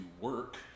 work